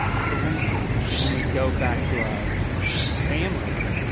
so when we when we go back to our families,